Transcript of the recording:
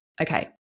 Okay